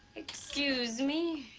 excuse me.